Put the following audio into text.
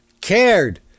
cared